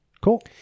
Cool